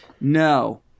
no